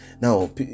Now